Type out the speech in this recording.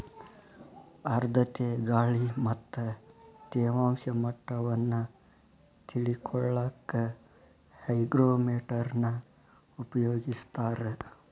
ಆರ್ಧ್ರತೆ ಗಾಳಿ ಮತ್ತ ತೇವಾಂಶ ಮಟ್ಟವನ್ನ ತಿಳಿಕೊಳ್ಳಕ್ಕ ಹೈಗ್ರೋಮೇಟರ್ ನ ಉಪಯೋಗಿಸ್ತಾರ